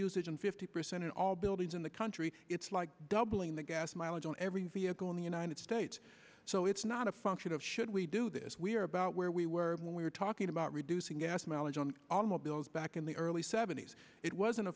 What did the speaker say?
usage and fifty percent in all buildings in the country it's like doubling the gas mileage on every vehicle in the united states so it's not a function of should we do this we're about where we were when we were talking about reducing gas mileage on the automobile back in the early seventy's it wasn't a